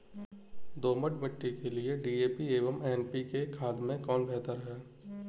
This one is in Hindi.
दोमट मिट्टी के लिए डी.ए.पी एवं एन.पी.के खाद में कौन बेहतर है?